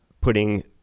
putting